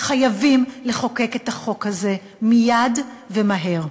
חייבים לחוקק את החוק הזה מייד ומהר.